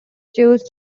choose